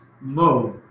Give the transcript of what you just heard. mode